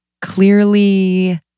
clearly